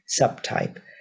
subtype